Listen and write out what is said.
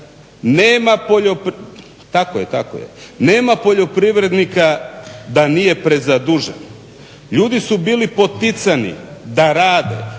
Nema poljoprivrednika da nije prezadužen. Ljudi su bili poticani da rade,